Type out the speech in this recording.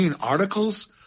articles